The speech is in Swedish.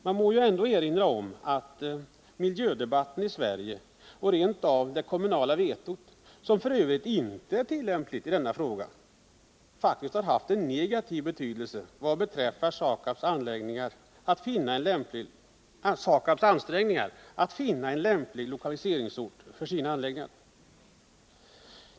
Man må ju ändå erinra om att miljödebatten i Sverige och rent av det kommunala vetot, som f. ö. inte är tillämpligt i denna fråga, faktiskt haft en negativ effekt när det gäller SAKAB:s ansträngningar att finna en lämplig lokaliseringsort för sin anläggning.